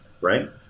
right